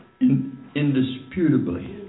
indisputably